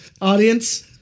audience